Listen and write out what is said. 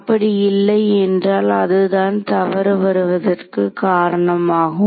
அப்படி இல்லை என்றால் அதுதான் தவறு வருவதற்கு காரணமாகும்